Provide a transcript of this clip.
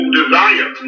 desire